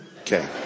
Okay